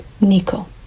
nico